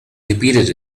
repeated